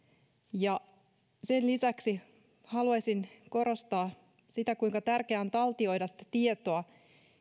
ja sen lisäksi haluaisin korostaa sitä kuinka tärkeää on taltioida sitä tietoa